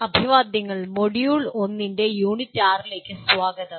അഭിവാദ്യങ്ങൾ മൊഡ്യൂൾ 1 ന്റെ യൂണിറ്റ് 6 ലേക്ക് സ്വാഗതം